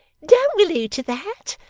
don't relude to that.